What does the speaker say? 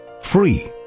free